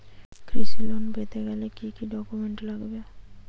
কৃষি লোন পেতে গেলে কি কি ডকুমেন্ট লাগবে?